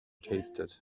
tasted